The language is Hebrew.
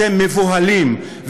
אתם מבוהלים.